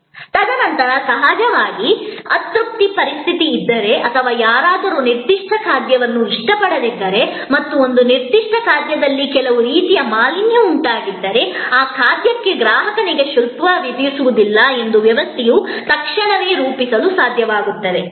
ತದನಂತರ ಸಹಜವಾಗಿ ಅತೃಪ್ತಿಕರ ಪರಿಸ್ಥಿತಿ ಇದ್ದರೆ ಅಥವಾ ಯಾರಾದರೂ ನಿರ್ದಿಷ್ಟ ಖಾದ್ಯವನ್ನು ಇಷ್ಟಪಡದಿದ್ದರೆ ಮತ್ತು ಒಂದು ನಿರ್ದಿಷ್ಟ ಖಾದ್ಯದಲ್ಲಿ ಕೆಲವು ರೀತಿಯ ಮಾಲಿನ್ಯ ಉಂಟಾಗಿದ್ದರೆ ಆ ಖಾದ್ಯಕ್ಕೆ ಗ್ರಾಹಕನಿಗೆ ಶುಲ್ಕ ವಿಧಿಸಲಾಗುವುದಿಲ್ಲ ಎಂದು ವ್ಯವಸ್ಥೆಯು ತಕ್ಷಣವೇ ರಚಿಸಲು ಸಾಧ್ಯವಾಗುತ್ತದೆ